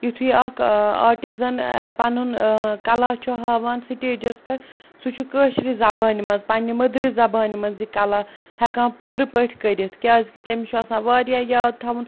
یُِتھُے اَکھ ٲں آرٹِزَن ٲں پَنُن ٲں کَلا چھُ ہاوان سِٹیجَس پٮ۪ٹھ سُہ چھُ کٲشرِ زَبانہِ منٛز پننہِ مٔدرِ زَبانہِ منٛز یہِ کلا ہیٚکان پوٗرٕ پٲٹھۍ کٔرِتھ کیٛازِکہِ تٔمِس چھُ آسان واریاہ یاد تھاوُن